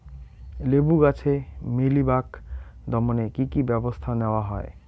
লেবু গাছে মিলিবাগ দমনে কী কী ব্যবস্থা নেওয়া হয়?